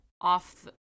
off